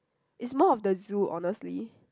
it's more of the zoo honestly